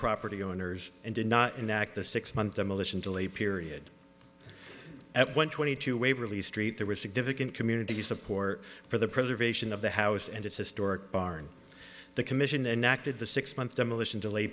property owners and did not enact the six month demolition delay period at one twenty two waverly street there was significant community support for the preservation of the house and its historic barn the commission enacted the six month demolition delay